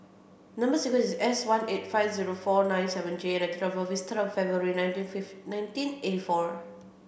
number sequence is S one eight five zero four nine seven J and date of birth is February nineteen fifth nineteen eighty four